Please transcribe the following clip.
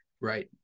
right